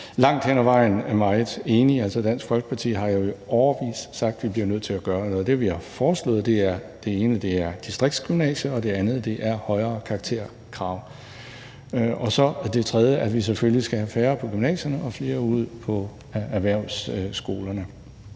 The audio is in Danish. langt hen ad vejen meget enig. Dansk Folkeparti har jo i årevis sagt, at vi er nødt til at gøre noget, og det ene, vi har foreslået, er distriktsgymnasier; det andet er højere karakterkrav; og det tredje er, at vi selvfølgelig skal have færre på gymnasierne og flere ud på erhvervsskolerne.